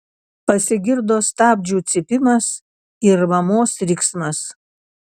pasigirdo stabdžių cypimas ir mamos riksmas